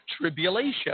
tribulation